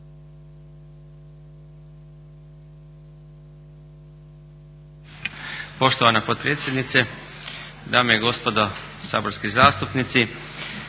Poštovana potpredsjednice, dame i gospodo saborski zastupnici.